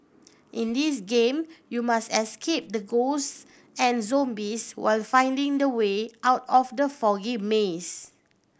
in this game you must escape the ghosts and zombies while finding the way out of the foggy maze